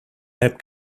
heb